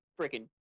freaking